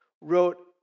wrote